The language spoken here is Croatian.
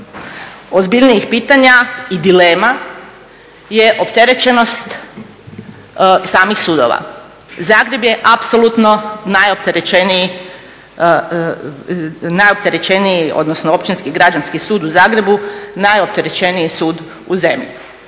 ozbiljnih pitanja i dilema je opterećenost samih sudova. Zagreb je apsolutno najopterećeniji, odnosno općinsko-građanski sud u Zagrebu je najopterećeniji sud u zemlji,